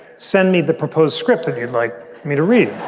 send me the proposed script and you'd like me to read